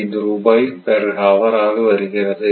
685 ரூபாய் per hour ஆக வருகிறது